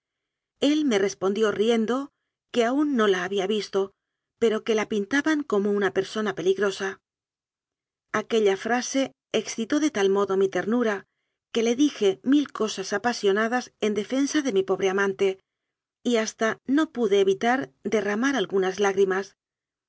el me respondió riendo que aún no la ha bía visto pero que la pintaban como una persona peligrosa aquella frase excitó de tal modo mi ternura que le dije mil coisas apasionadas en de fensa de mi pobre amante y hasta no pude evitar derramar algunas lágrimas